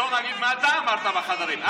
שלא נגיד מה אתה אמרת בחדרים.